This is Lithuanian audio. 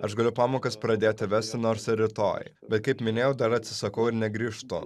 aš galiu pamokas pradėti vesti nors ir rytoj bet kaip minėjau dar atsisakau ir negrįžtu